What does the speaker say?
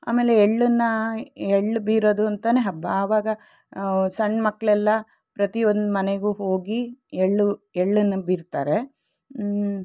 ಆಮೇಲೆ ಎಳ್ಳನ್ನು ಎಳ್ಳು ಬೀರೋದು ಅಂತನೇ ಹಬ್ಬ ಆವಾಗ ಸಣ್ಣ ಮಕ್ಳೆಲ್ಲ ಪ್ರತಿಯೊಂದು ಮನೆಗೂ ಹೋಗಿ ಎಳ್ಳು ಎಳ್ಳನ್ನು ಬೀರ್ತಾರೆ